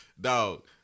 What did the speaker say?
dog